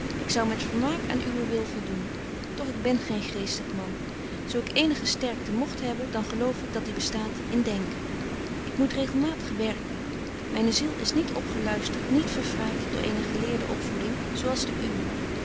ik zou met vermaak aan uwen wil voldoen doch ik ben geen geestig man zo ik eenige sterkte mogt hebben dan geloof ik dat die bestaat in denken ik moet regelmatig werken myne ziel is niet opgeluistert niet verfraait door eene geleerde opvoeding zo als de uwe